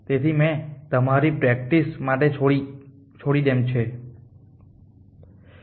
તેથી મેં આ તમારી પ્રેક્ટિસ માટે છોડી દેમ છે